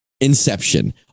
Inception